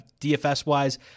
DFS-wise